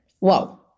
Wow